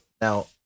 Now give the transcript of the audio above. Now